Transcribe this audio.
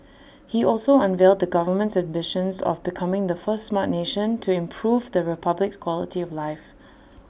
he also unveiled the government's ambitions of becoming the first Smart Nation to improve the republic's quality of life